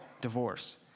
divorce